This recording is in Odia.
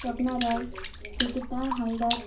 ସପ୍ନା ରାଏ ରିକିତା ହାଲଦାର୍